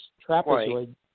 trapezoid